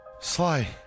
Sly